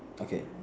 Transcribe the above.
okay